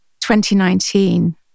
2019